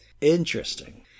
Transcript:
Interesting